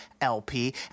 LP